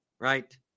right